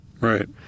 Right